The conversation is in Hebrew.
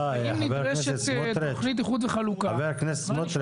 אם יש תכנית איחוד וחלוקה --- חבר הכנסת סמוטריץ'.